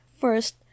First